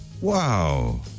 wow